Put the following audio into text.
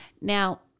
Now